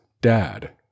Dad